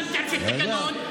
אני לא יודע.